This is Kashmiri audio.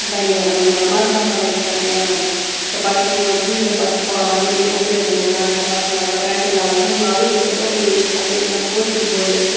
پنٕنہِ مَذہَب تَلے چھُ پَتہٕ نیران تہٕ پَتہٕ چھُکھ نہٕ یِوان کِہیٖنٛۍ زَن پَتہٕ چھِ پالان یِمنٕے اگریزَن ہُنٛد مَذہب پَتہٕ چھِ لگان پینٛٹ لاگُن ہُم لاگٕنۍ ییٚلہِ پتہٕ اردوٗ یِیہِ اگر اِنسان کٲشُر بولہِ